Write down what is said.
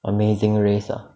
amazing